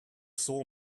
saw